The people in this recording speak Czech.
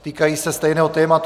Týkají se stejného tématu.